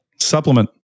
Supplement